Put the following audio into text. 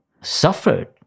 suffered